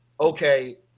okay